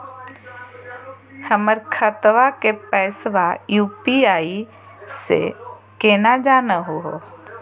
हमर खतवा के पैसवा यू.पी.आई स केना जानहु हो?